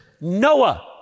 Noah